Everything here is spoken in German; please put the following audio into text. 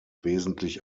wesentlich